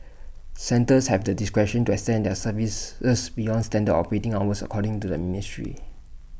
centres have the discretion to extend their services beyond standard operating hours according to the ministry